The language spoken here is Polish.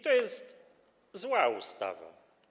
To jest zła ustawa.